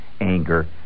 Anger